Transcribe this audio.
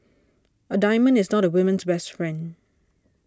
a diamond is not a woman's best friend